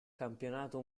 campionato